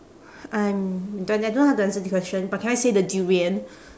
I'm don't I don't know how to answer this question but can I say the durian